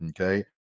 okay